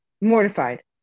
mortified